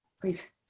please